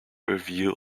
review